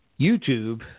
YouTube